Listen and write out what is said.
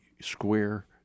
square